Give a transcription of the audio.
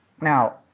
Now